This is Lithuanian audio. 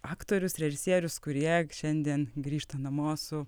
aktorius režisierius kurie šiandien grįžta namo su